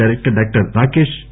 director doctor Rakesh K